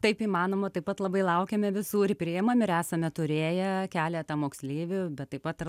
taip įmanoma taip pat labai laukiame visų ir priimam ir esame turėję keletą moksleivių bet taip pat ir